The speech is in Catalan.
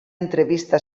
entrevista